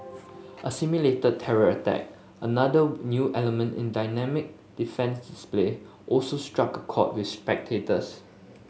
a simulated terror attack another new element in dynamic defence display also struck chord with spectators